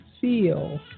feel